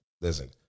Listen